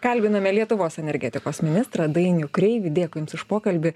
kalbiname lietuvos energetikos ministrą dainių kreivį dėkui jums už pokalbį